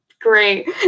great